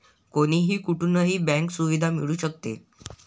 कोणीही कुठूनही बँक सुविधा मिळू शकते